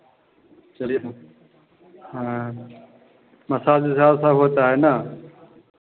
चलिए हाँ हाँ मसाज ओसाज सब होता है ना